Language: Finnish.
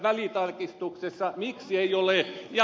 miksi ei ole